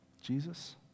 Jesus